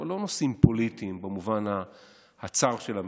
לא נושאים פוליטיים במובן הצר של המילה.